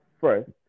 first